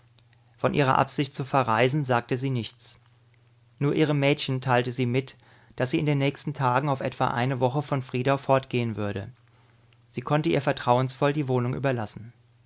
von ihrer absicht zu verreisen sagte sie nichts nur ihrem mädchen teilte sie mit daß sie in den nächsten tagen auf etwa eine woche von friedau fortgehen würde sie konnte ihr vertrauensvoll die wohnung überlassen